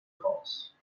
calls